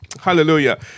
Hallelujah